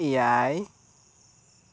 ᱮᱭᱟᱭ